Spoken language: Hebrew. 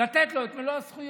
לתת לו את מלוא הזכויות,